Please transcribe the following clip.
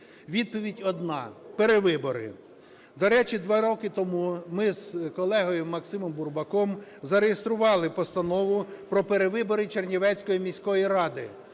Відповідь одна – перевибори. До речі, 2 роки тому ми з колегою Максимом Бурбаком зареєстрували Постанову про перебори Чернівецької міської ради.